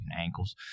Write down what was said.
ankles